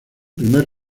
primer